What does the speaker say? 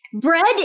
Bread